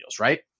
right